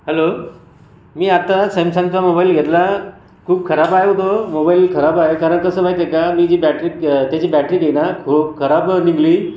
hello मी आता सॅमसंगचा मोबाईल घेतला खूप खराब आहे ओ तो मोबाईल खराब आहे कारण कसं माहिती का मी जी बॅटरी त्याची बॅटरी बी ना खूप खराब निघाली